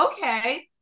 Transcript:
okay